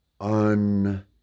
un-